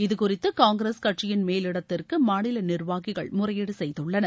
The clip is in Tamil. இது குறித்து காங்கிரஸ் கட்சியின் மேலிடத்திற்கு மாநில நிர்வாகிகள் முறையீடு செய்துள்ளனர்